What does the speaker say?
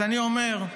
אני אומר,